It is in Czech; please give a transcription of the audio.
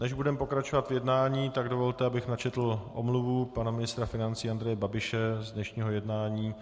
Než budeme pokračovat v jednání, dovolte, abych přečetl omluvu pana ministra financí Andreje Babiše z dnešního jednání.